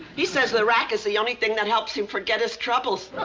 he says the rack is the only thing that helps him forget his troubles.